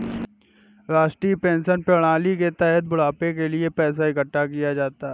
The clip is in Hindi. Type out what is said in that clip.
राष्ट्रीय पेंशन प्रणाली के तहत बुढ़ापे के लिए पैसा इकठ्ठा किया जा सकता है